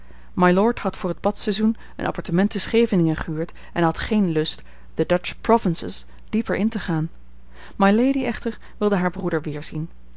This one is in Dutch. mylord had voor het badseizoen een appartement te scheveningen gehuurd en had geen lust the dutch provinces dieper in te gaan mylady echter wilde haar broeder weerzien